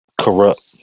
corrupt